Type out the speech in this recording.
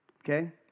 Okay